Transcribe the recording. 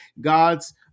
God's